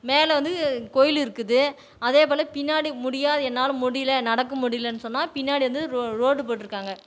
மேலே வந்து கோயில் இருக்குது அதேபோல் பின்னாடி முடியாது என்னால் முடியல நடக்க முடியலன்னு சொன்னால் பின்னாடி வந்து ரோடு போட்டிருக்காங்க